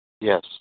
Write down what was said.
Yes